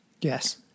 Yes